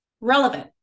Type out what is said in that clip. Relevant